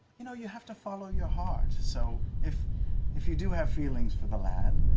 you know, you have to follow your heart, so if if you do have feelings for the lad,